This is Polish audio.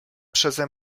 przeze